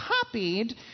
copied